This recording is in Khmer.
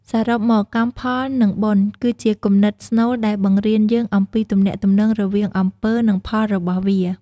សរុបមក កម្មផល និង បុណ្យ គឺជាគំនិតស្នូលដែលបង្រៀនយើងអំពី ទំនាក់ទំនងរវាងអំពើ និងផលរបស់វា។